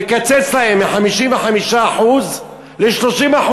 לקצץ להם מ-55% ל-30%.